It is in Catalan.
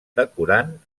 decorant